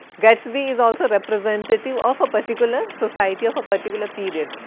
gatsby is also representative of a particular society, of a particular period.